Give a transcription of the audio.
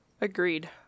agreed